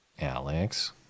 Alex